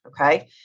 Okay